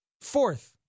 Fourth